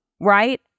right